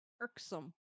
irksome